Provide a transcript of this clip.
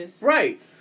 right